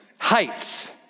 heights